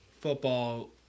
football